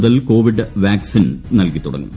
മുതൽ covid vaccine നൽകി തുടങ്ങും